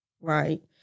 right